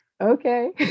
okay